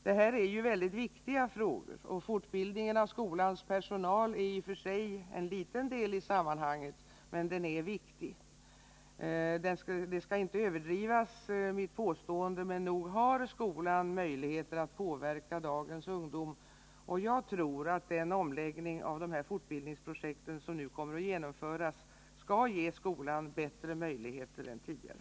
Detta är mycket viktiga frågor, och fortbildningen av skolans personal är i och för sig en liten del i sammanhanget, men den är också viktig. Mitt påstående skall inte överdrivas, men nog har skolan möjlighet att påverka dagens ungdom. Jag tror att den omläggning av dessa fortbildningsprojekt som nu kommer att genomföras skall ge skolan bättre möjligheter än tidigare.